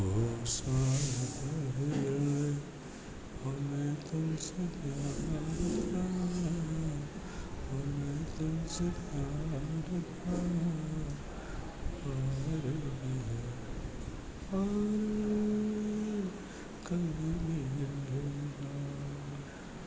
હમે તુમસે પ્યાર થા હમે તુમસે પ્યાર થા ઓર હમે ઓર રહેગા